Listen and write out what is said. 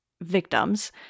victims